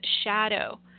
shadow